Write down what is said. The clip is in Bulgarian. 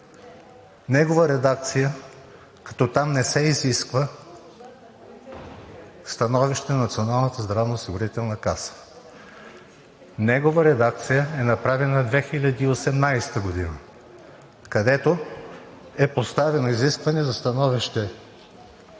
през 2015 г., като там не се изисква становище на Националната здравноосигурителна каса. Негова редакция е направена през 2018 г., където е поставено изискване за становище от Националната здравноосигурителна каса